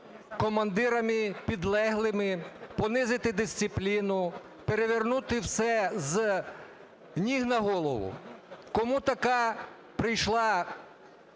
командирами, підлеглими, понизити дисципліну, перевернути всі з ніг на голову. Кому така прийшла